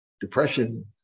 depression